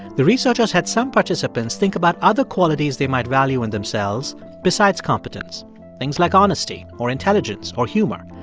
the researchers had some participants think about other qualities they might value in themselves besides competence things like honesty or intelligence or humor.